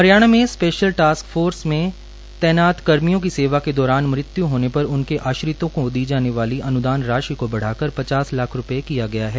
हरियाणा में special task force में तैनात कर्मियों की सेवा के दौरान मृत्य् होने पर उनके आश्रितों को दी जाने वाली अन्दान राशि को बढ़ाकर पचास लाख रूपये किया गया है